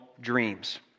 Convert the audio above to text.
dreams